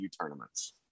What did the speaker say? tournaments